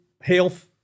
health